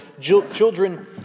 children